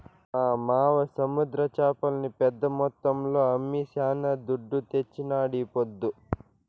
మా మావ సముద్ర చేపల్ని పెద్ద మొత్తంలో అమ్మి శానా దుడ్డు తెచ్చినాడీపొద్దు